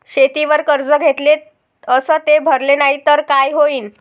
शेतीवर कर्ज घेतले अस ते भरले नाही तर काय होईन?